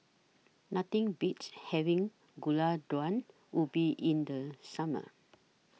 Nothing Beats having Gulai Daun Ubi in The Summer